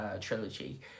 trilogy